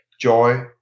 joy